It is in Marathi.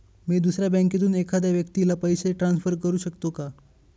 मी दुसऱ्या बँकेतून एखाद्या व्यक्ती ला पैसे ट्रान्सफर करु शकतो का?